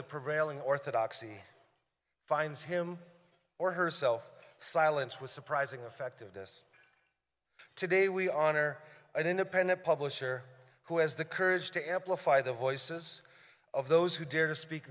the prevailing orthodoxy finds him or herself silence was surprisingly effective this today we honor an independent publisher who has the courage to employ fire the voices of those who dare to speak